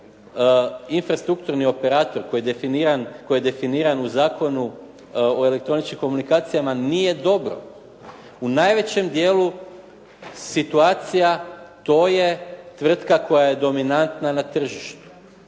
infrastrukturni operator koji je definiran u Zakonu o elektroničkim komunikacijama nije dobro. U najvećem dijelu situacija to je tvrtka koja je dominantna na tržištu.